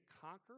conquer